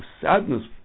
sadness